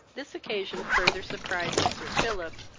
this occasioned further surprise to sir philip,